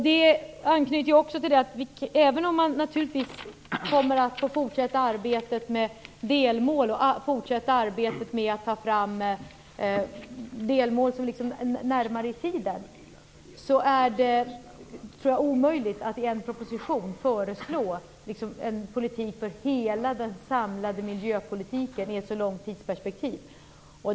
Det anknyter också till detta att även om man naturligtvis kommer att få fortsätta arbetet med delmål, och fortsätta arbetet med att ta fram delmål närmare i tiden, är det omöjligt att i en proposition föreslå ett mål för hela den samlade miljöpolitiken i ett så långt tidsperspektiv.